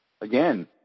Again